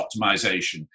optimization